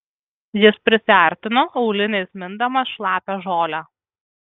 jis prisiartino auliniais mindamas šlapią žolę